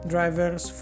Drivers